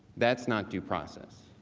that's not due process.